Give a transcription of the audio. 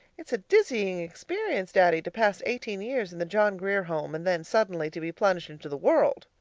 it's a dizzying experience, daddy, to pass eighteen years in the john grier home, and then suddenly to be plunged into the world.